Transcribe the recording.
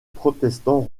protestants